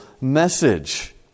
message